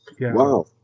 Wow